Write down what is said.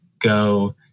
go